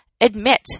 admit